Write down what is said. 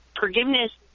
Forgiveness